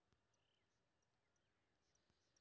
हम ऑनलाईन बिजली बील केना दूखमब?